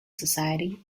society